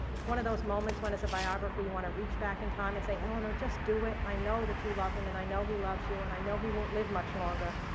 it's one of those moments when, as a biographer, you want to reach back in time and say, eleanor, just do it. i know that you love him and i know he loves you, and i know he won't live much longer.